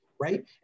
right